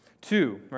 Two